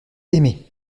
aimé